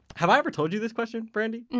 have i ever told you this question, brandi?